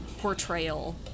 portrayal